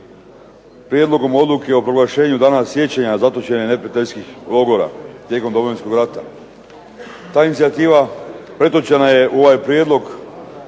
prijedlogom Odluka o danu proglašenju dana sjećanja zatočenih ne prijateljskih logora tijekom Domovinskog rata. Ta inicijativa pretočena je u ovaj prijedlog